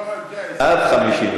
למה לא 60?